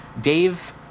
Dave